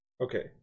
Okay